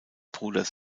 bruders